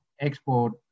export